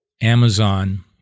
Amazon